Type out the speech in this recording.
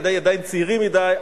ילדי עדיין צעירים מדי,